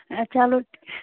A چلو